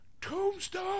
Tombstone